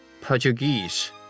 Portuguese